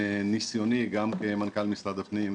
מניסיוני גם כמנכ"ל משרד הפנים,